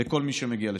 לכל מי שמגיע לשם.